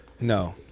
No